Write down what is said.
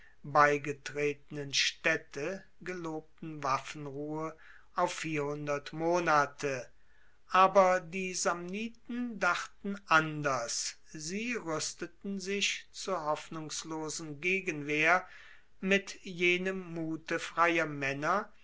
beigetretenen staedte gelobten waffenruhe auf vierhundert monate aber die samniten dachten anders sie ruesteten sich zur hoffnungslosen gegenwehr mit jenem mute freier maenner